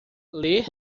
ler